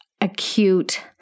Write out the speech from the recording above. acute